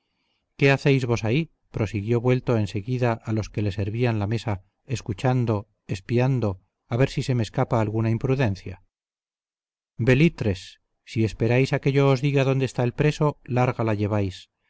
qué hacéis vos ahí prosiguió vuelto en seguida a los que le servían la mesa escuchando espiando a ver si se me escapa alguna imprudencia belitres si esperáis a que yo os diga dónde está el preso larga la lleváis